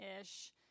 ish